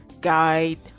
guide